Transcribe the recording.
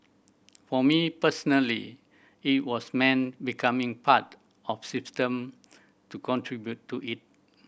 for me personally it was meant becoming part of system to contribute to it